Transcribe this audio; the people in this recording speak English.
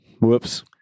whoops